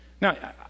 Now